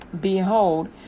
behold